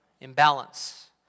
imbalance